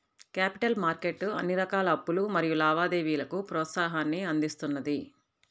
capital market అన్ని రకాల అప్పులు మరియు లావాదేవీలకు ప్రోత్సాహాన్ని అందిస్తున్నది